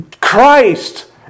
Christ